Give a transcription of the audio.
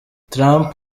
trump